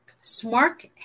smart